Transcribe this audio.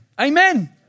Amen